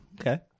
Okay